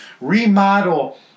Remodel